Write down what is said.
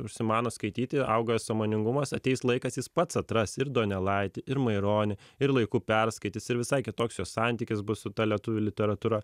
užsimano skaityti auga sąmoningumas ateis laikas jis pats atras ir donelaitį ir maironį ir laiku perskaitys ir visai kitoks jo santykis bus su ta lietuvių literatūra